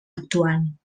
actuant